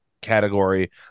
category